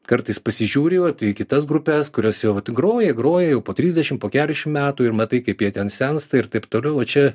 kartais pasižiūri va į kitas grupes kurios jau vat groja groja jau po trisdešim po keturiasdešim metų ir matai kaip jie ten sensta ir taip toliau o čia